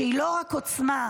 שהיא לא רק עוצמה,